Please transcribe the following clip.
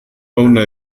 fauna